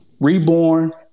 Reborn